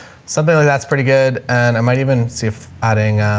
something like that's pretty good and i might even see if adding,